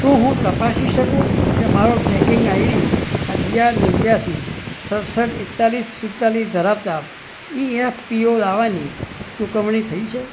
શું હું તપાસી શકું કે મારો ટ્રેકિંગ આઈડી અગિયાર નેવ્યાશી સડસઠ એકતાલીસ સુડતાલીસ ધરાવતા ઇએફપીઓ દાવાની ચુકવણી થઈ છે